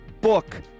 book